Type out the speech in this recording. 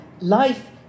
life